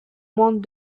moins